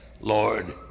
Lord